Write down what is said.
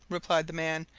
replied the man.